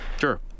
Sure